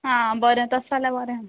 आं बरें तशे जाल्या बरें आहा